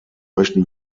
möchten